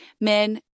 men